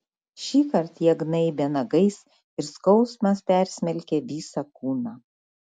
šįkart jie gnaibė nagais ir skausmas persmelkė visą kūną